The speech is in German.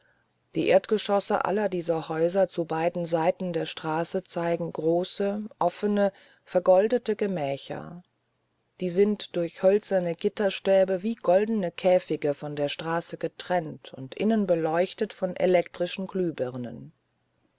die erdgeschosse aller dieser häuser zu beiden seiten der straße zeigen große offene vergoldete gemächer die sind durch hölzerne gitterstäbe wie goldene käfige von der straße getrennt und innen beleuchtet von elektrischen glühbirnen